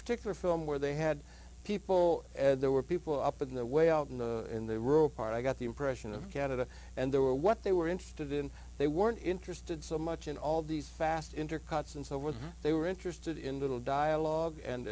particular film where they had people there were people up in the way out in the in the rural part i got the impression of canada and there were what they were interested in they weren't interested so much in all these fast intercuts and so what they were interested in little dialogue and